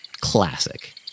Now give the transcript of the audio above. classic